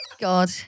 god